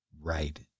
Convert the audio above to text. right